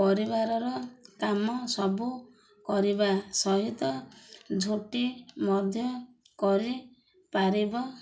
ପରିବାରର କାମ ସବୁ କରିବା ସହିତ ଝୋଟି ମଧ୍ୟ କରିପାରିବ